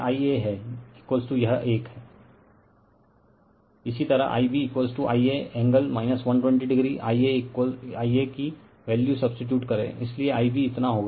refer slide time 1659 इसी तरह Ib Ia angle 120o Ia कि वैल्यू सब्सीटीयूड करे इसलिए Ib इतना होगा